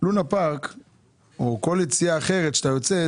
לונה פארק או כל יציאה אחרת שאתה יוצא,